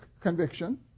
conviction